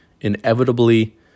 Inevitably